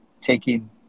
taking